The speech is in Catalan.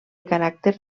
caràcter